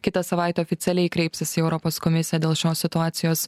kitą savaitę oficialiai kreipsis į europos komisiją dėl šios situacijos